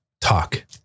Talk